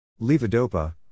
Levodopa